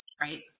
right